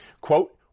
Quote